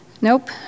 Nope